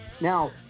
Now